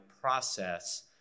process